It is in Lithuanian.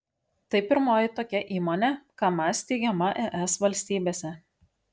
tai pirmoji tokia įmonė kamaz steigiama es valstybėse